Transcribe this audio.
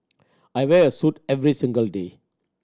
I wear a suit every single day